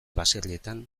baserrietan